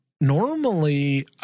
Normally